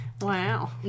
Wow